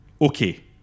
Okay